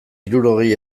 hirurogei